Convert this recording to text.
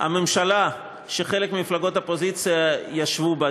הממשלה שחלק ממפלגות האופוזיציה ישבו בה,